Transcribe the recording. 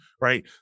right